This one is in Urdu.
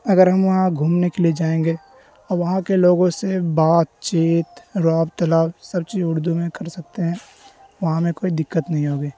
اگر ہم وہاں گھومنے کے لیے جائیں گے اور وہاں کے لوگوں سے بات چیت راب تلاب سب چیز اردو میں کر سکتے ہیں وہاں ہمیں کوئی دقت نہیں ہوگی